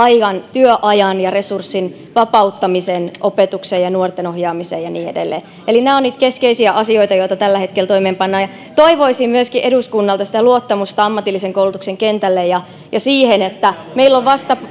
työajan ja resurssin vapauttamisen opetukseen ja nuorten ohjaamiseen ja niin edelleen eli nämä ovat niitä keskeisiä asioita joita tällä hetkellä toimeenpannaan toivoisin myöskin eduskunnalta luottamusta ammatillisen koulutuksen kentälle ja ja siihen että meillä on ollut vasta